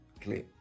clear